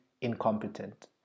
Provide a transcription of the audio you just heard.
incompetent